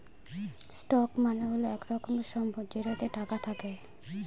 stock মানে হল এক রকমের সম্পদ যেটাতে টাকা থাকে